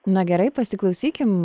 na gerai pasiklausykim